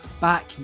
Back